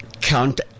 Count